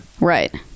Right